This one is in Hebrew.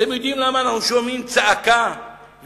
אתם יודעים למה אנחנו שומעים צעקה וכאב?